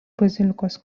bazilikos